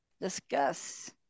Discuss